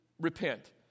repent